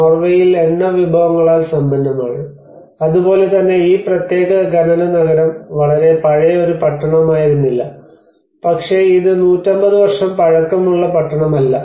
നോർവേയിൽ എണ്ണ വിഭവങ്ങളാൽ സമ്പന്നമാണ് അതുപോലെ തന്നെ ഈ പ്രത്യേക ഖനനനഗരം വളരെ പഴയ ഒരു പട്ടണമായിരുന്നില്ല പക്ഷേ ഇത് 150 വർഷം പഴക്കമുള്ള പട്ടണമല്ല